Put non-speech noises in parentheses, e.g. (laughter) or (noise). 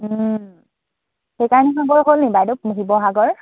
সেইকাৰণে (unintelligible) হ'ল নি বাইদেউ শিৱসাগৰ